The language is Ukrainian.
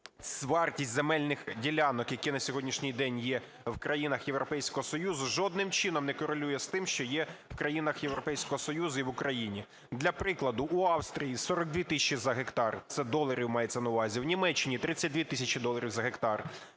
вартість земельних ділянок, які на сьогоднішній день є в країнах Європейського Союзу, жодним чином не корелює з тим, що є в країнах Європейського Союзу і в Україні. Для прикладу: в Австрії – 42 тисячі за гектар, це доларів мається на увазі, в Німеччині – 32 тисячі доларів за гектар,